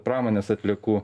pramonės atliekų